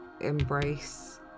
embrace